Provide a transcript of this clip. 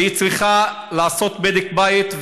והיא צריכה לעשות בדק בית,